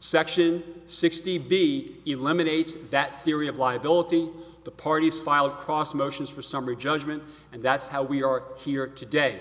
section sixty b eliminates that theory of liability the parties filed cross motions for summary judgment and that's how we are here today